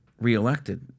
reelected